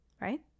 right